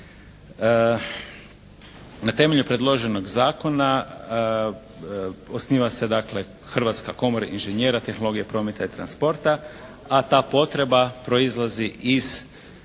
Na temelju predloženog zakona osniva se dakle Hrvatska komora inženjera tehnologije prometa i transporta a ta potreba proizlazi iz